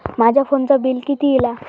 माझ्या फोनचा बिल किती इला?